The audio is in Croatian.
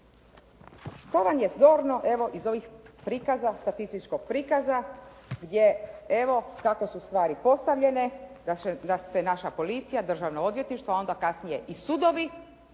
To vam je zorno evo iz ovog prikaza, statističkog prikaza gdje evo kako su stvari postavljene, da se naša policija, Državno odvjetništvo a onda kasnije i sudovi,